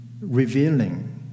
revealing